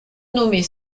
nommée